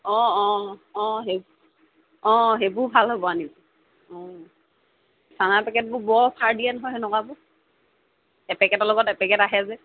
অঁ অঁ অঁ সেই অঁ সেইবোৰ ভাল হ'ব আনি অঁ চানা পেকেটবোৰ বৰ অফাৰ দিয়ে নহয় সেনেকুৱাবোৰ এপেকেটৰ লগত এপেকেট আহে যে